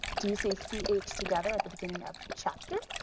do you see c h together at the beginning of chapter?